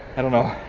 i don't know.